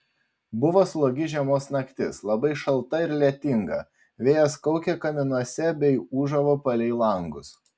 buvo slogi žiemos naktis labai šalta ir lietinga vėjas kaukė kaminuose bei ūžavo palei langus